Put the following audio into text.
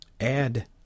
add